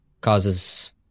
causes